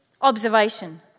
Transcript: observation